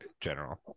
general